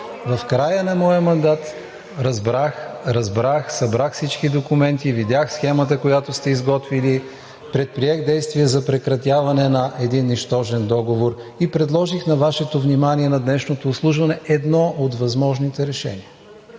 В края на моя мандат разбрах, събрах всички документи и видях схемата, която сте изготвили, предприех действия за прекратяване на един нищожен договор и предложих на Вашето внимание на днешното изслушване едно от възможните решения.